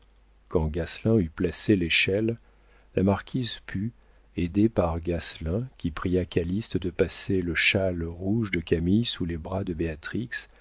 quand gasselin eut placé l'échelle la marquise put aidée par gasselin qui pria calyste de passer le châle rouge de camille sous les bras de